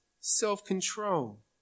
self-control